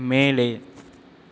மேலே